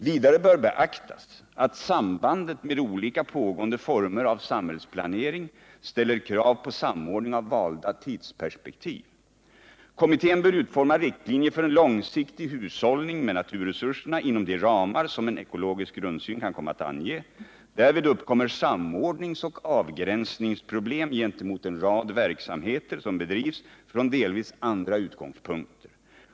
Vidare bör beaktas att sambandet med olika pågående former av samhällsplanering ställer krav på samordning av valda tidsperspektiv. Kommittén bör utforma riktlinjer för en långsiktig hushållning med naturresurserna inom de ramar som en ekologisk grundsyn kan komma att ange. Därvid uppkommer samordningsoch avgränsningsproblem gentemot en rad verksamheter som bedrivs från delvis andra utgångspunkter.